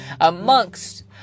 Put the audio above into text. Amongst